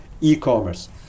e-commerce